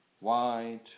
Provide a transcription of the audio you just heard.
white